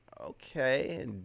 okay